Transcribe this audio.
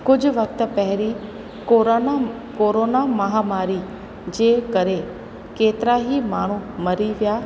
कुझु वक़्त पहिरीं कोरोना कोरोना महामारी जे करे केतिरा ई माण्हू मरी विया